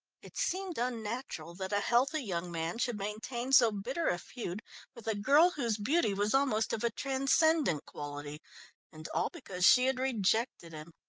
it seemed unnatural that a healthy young man should maintain so bitter a feud with a girl whose beauty was almost of a transcendant quality and all because she had rejected him.